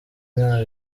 nta